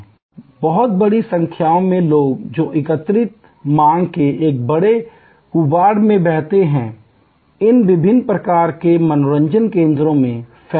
बहुत बड़ी संख्या में लोग जो अतिरिक्त मांग के एक बड़े कूबड़ में बहते हैं इन विभिन्न प्रकार के मनोरंजन केंद्रों में फैले हुए हैं